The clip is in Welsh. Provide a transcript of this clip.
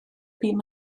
bum